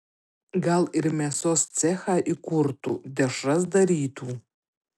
gal ir mėsos cechą įkurtų dešras darytų